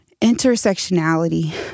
intersectionality